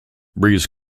breeze